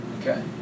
Okay